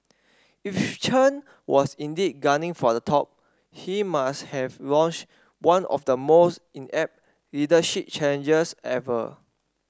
if Chen was indeed gunning for the top he must have launched one of the most inept leadership challenges ever